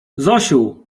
zosiu